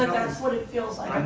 what it feels